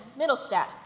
Middlestadt